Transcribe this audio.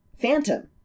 Phantom